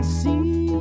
see